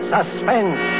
Suspense